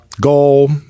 goal